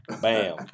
Bam